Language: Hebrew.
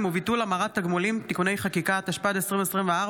התשפ"ד 2024,